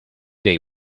they